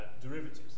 derivatives